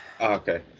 okay